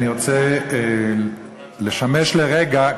אני רוצה לשמש לרגע,